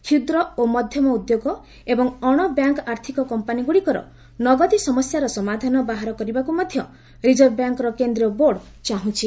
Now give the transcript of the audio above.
କ୍ଷୁଦ୍ର ଓ ମଧ୍ୟମ ଉଦ୍ୟୋଗ ଏବଂ ଅଣବ୍ୟାଙ୍କ୍ ଆର୍ଥକ କମ୍ପାନୀଗୁଡ଼ିକର ନଗଦି ସମସ୍ୟାର ସମାଧାନ ବାହାର କରିବାକୁ ମଧ୍ୟ ରିଜର୍ଭ ବ୍ୟାଙ୍କ୍ର କେନ୍ଦ୍ରୀୟ ବୋର୍ଡ଼ ଚାହୁଁଛି